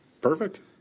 Perfect